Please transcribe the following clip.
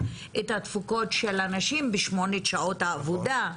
את התפוקות של הנשים בשמונה שעות עבודה.